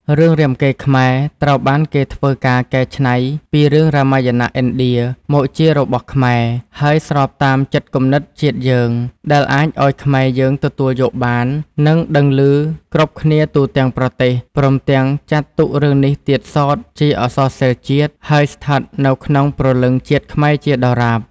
រឿងរាមកេរ្តិ៍ខ្មែរត្រូវបានគេធ្វើការកែច្នៃពីរឿងរាមាយណៈឥណ្ឌាមកជារបស់ខ្មែរ ហើយ ស្របតាមចិត្តគំនិតជាតិយើង ដែលអាចឱ្យខ្មែរយើងទទួលយកបាន និងដឹងឮគ្រប់គ្នាទូទាំង ប្រទេស ព្រមទាំងចាត់ទុករឿងនេះទៀតសោតជាអក្សរសិល្ប៍ជាតិ ហើយស្ថិតនៅក្នុងព្រលឹង ជាតិខ្មែរជាដរាប។